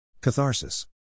Catharsis